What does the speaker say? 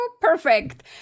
perfect